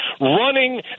running